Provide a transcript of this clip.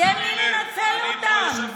תן לי לנצל אותן.